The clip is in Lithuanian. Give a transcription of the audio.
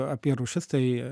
apie rūšis tai